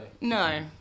no